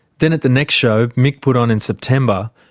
then at the next show mick put on, in september,